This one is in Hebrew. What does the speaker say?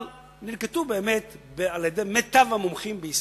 אבל ננקטו על-ידי מיטב המומחים בישראל,